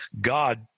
God